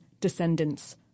descendants